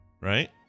Right